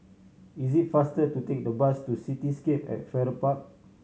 is it faster to take the bus to Cityscape at Farrer Park